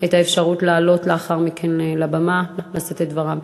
את האפשרות לעלות לאחר מכן לבמה לשאת את דבריו.